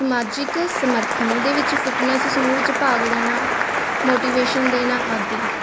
ਸਮਾਜਿਕ ਸਮਰਥਨ ਦੇ ਵਿੱਚ ਫਿੱਟਨੈਸ ਸਮੂਹ ਵਿੱਚ ਭਾਗ ਲੈਣਾ ਮੋਟੀਵੇਸ਼ਨ ਦੇਣਾ ਆਦਿ